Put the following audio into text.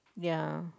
yeah